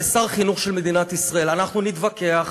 כשר החינוך של מדינת ישראל: אנחנו נתווכח.